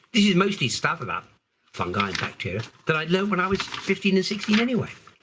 this is mostly stuff about fungi and bacteria that i learned when i was fifteen and sixteen anyway.